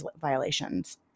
violations